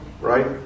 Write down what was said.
Right